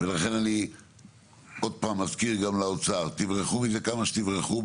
לכן אני עוד פעם אזכיר גם לאוצר: תברחו מזה כמה שתברחו,